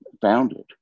founded